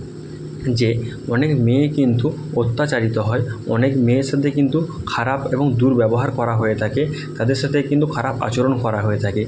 যে অনেক মেয়ে কিন্তু অত্যাচারিত হয় অনেক মেয়ের সাথে কিন্তু খারাপ এবং দুর্ব্যবহার করা হয়ে থাকে তাদের সাথে কিন্তু খারাপ আচরণ করা হয়ে থাকে